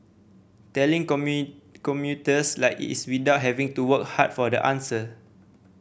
telling commuters like it's without having to work hard for the answer